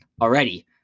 already